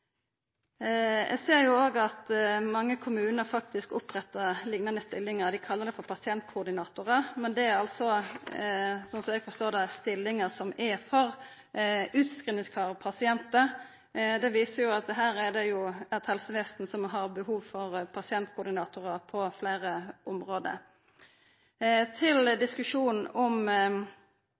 Eg ser jo òg at mange kommunar faktisk opprettar liknande stillingar. Dei kallar det for pasientkoordinatorar, men sånn som eg forstår det, er det stillingar som er for utskrivingsklare pasientar. Det viser at her er det eit helsevesen som har behov for pasientkoordinatorar på fleire område. Til diskusjonen om